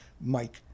mike